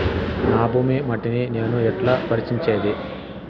నా భూమి మట్టిని నేను ఎట్లా పరీక్షించేది?